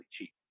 cheap